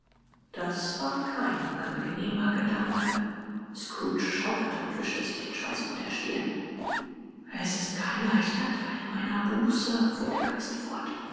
das war kein angenehmer gedanke scrooge schauderte und wischte sich den schweiß von der stirn es ist kein leichter teil meiner buße fuhr der geist fort